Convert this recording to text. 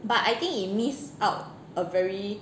but I think you miss out a very